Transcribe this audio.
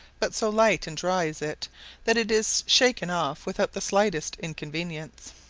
but so light and dry is it that it is shaken off without the slightest inconvenience.